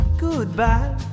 goodbye